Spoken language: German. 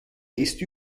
ist